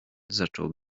zaczął